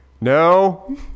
No